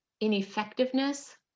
ineffectiveness